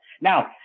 Now